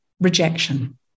rejection